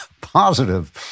positive